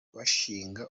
bashinga